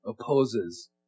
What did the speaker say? opposes